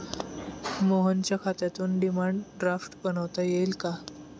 मोहनच्या खात्यातून demand draft बनवता येईल का?